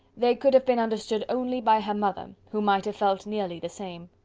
they could have been understood only by her mother, who might have felt nearly the same.